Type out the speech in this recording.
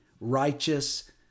righteous